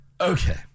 Okay